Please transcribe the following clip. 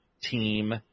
team